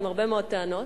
עם הרבה מאוד טענות,